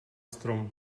strom